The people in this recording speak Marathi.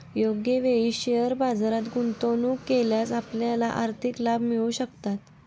योग्य वेळी शेअर बाजारात गुंतवणूक केल्यास आपल्याला आर्थिक लाभ मिळू शकतात